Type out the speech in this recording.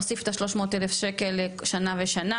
הוסיף את ה-300,000 שקלים שנה ושנה,